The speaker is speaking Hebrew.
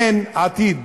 אין עתיד